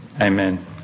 Amen